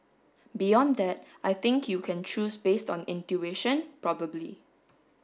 beyond that I think you can choose based on intuition probably